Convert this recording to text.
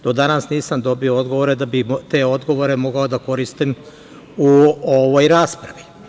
Do danas nisam dobio odgovore, da bih te odgovore mogao da koristim u ovoj raspravi.